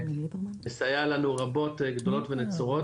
שסייע לנו רבות גדולות ונצורות,